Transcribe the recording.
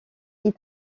ils